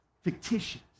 fictitious